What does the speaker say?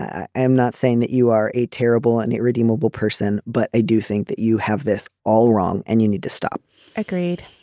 i'm not saying that you are a terrible and irredeemable person but i do think that you have this all wrong and you need to stop great.